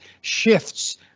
shifts